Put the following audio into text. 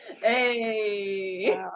hey